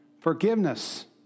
Forgiveness